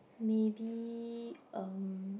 maybe erm